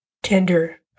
tender